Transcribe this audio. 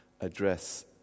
address